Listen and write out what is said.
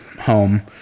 home